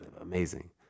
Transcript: Amazing